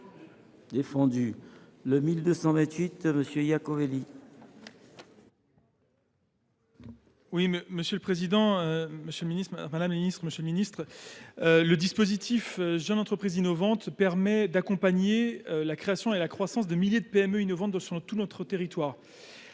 Le dispositif Jeune entreprise innovante (JEI) accompagne la création et la croissance de milliers de PME innovantes sur tous nos territoires.